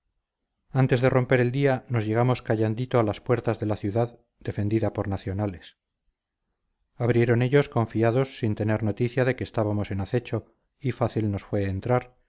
antes de romper el día nos llegamos callandito a las puertas de la ciudad defendida por nacionales abrieron ellos confiados sin tener noticia de que estábamos en acecho y fácil nos fue entrar